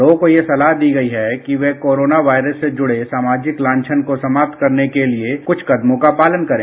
लोगों को यह सलाह दी गई है कि वह कोरोना वायरस से जुड़े सामाजिक लांछन को समाप्त करने के लिए कुछ कदमों का पालन करें